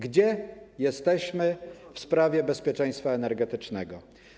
Gdzie jesteśmy w sprawie bezpieczeństwa energetycznego?